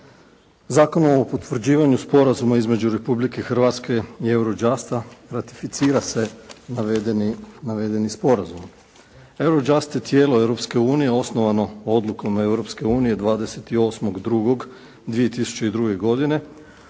Zakon o potvrđivanju Sporazuma između Republike Hrvatske i Eurojusta ratificira se navedeni sporazum. Eurojust je tijelo Europske unije osnovano odlukom Europske unije 28. 2. 2002. godine